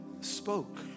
spoke